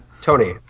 Tony